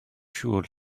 siŵr